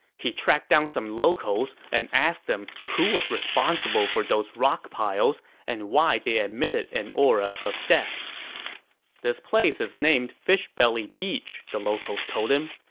he tracked some locals and asked them who was responsible for those rock piles and why they emitted an aura of death this place is named fishbelly beach, the locals told him.